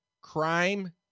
Crime